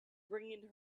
bringing